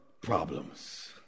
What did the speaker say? problems